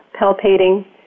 palpating